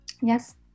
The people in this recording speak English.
yes